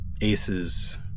aces